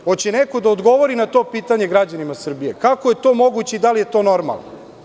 Hoće li neko da odgovori na to pitanje građanima Srbije – kako je to moguće i da li je to normalno?